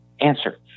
answer